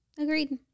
Agreed